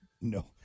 No